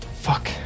fuck